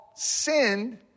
sinned